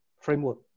framework